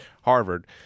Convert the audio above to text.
Harvard